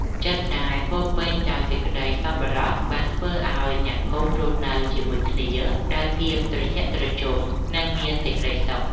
ចិត្តដែលពោរពេញដោយសេចក្ដីសប្បុរសបានធ្វើឱ្យអ្នកភូមិរស់នៅជាមួយគ្នាដោយភាពត្រជាក់ត្រជុំនិងមានសេចក្ដីសុខ។